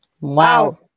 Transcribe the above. Wow